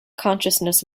consciousness